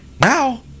now